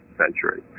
century